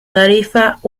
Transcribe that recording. tarifas